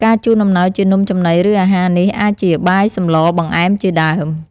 ការជូនអំណោយជានំចំណី ឬ អាហារនេះអាចជា បាយ សម្ល បង្អែម ជាដើម។